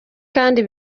kandi